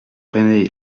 rené